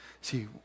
See